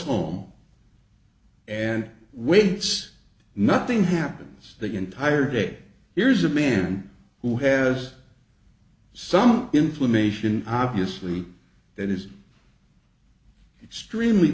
home and waits nothing happens the entire day here's a man who has some inflammation obviously that is extremely